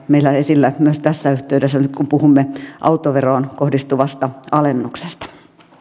meillä esillä myös tässä yhteydessä nyt kun puhumme autoveroon kohdistuvasta alennuksesta